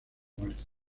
muerte